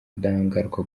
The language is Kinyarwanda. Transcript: ubudahangarwa